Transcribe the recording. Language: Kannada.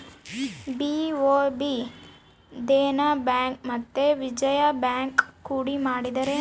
ಬಿ.ಒ.ಬಿ ದೇನ ಬ್ಯಾಂಕ್ ಮತ್ತೆ ವಿಜಯ ಬ್ಯಾಂಕ್ ಕೂಡಿ ಮಾಡಿದರೆ